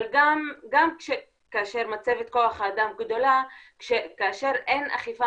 אבל גם כאשר מצבת כוח האדם גדולה כאשר אין אכיפה